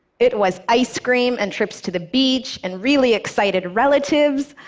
it was ice cream and trips to the beach and really excited relatives.